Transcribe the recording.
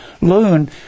loon